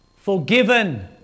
forgiven